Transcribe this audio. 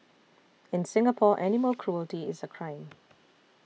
in Singapore animal cruelty is a crime